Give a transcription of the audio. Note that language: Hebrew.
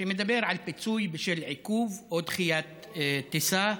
שמדבר על פיצוי בשל עיכוב או דחיית טיסה.